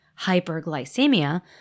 hyperglycemia